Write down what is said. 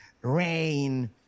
rain